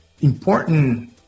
important